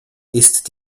ist